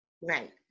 Right